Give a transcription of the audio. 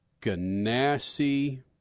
Ganassi